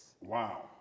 Wow